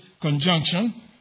conjunction